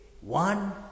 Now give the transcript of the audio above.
One